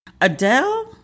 Adele